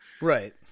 Right